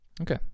Okay